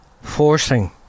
forcing